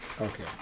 okay